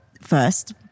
first